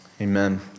Amen